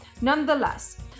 Nonetheless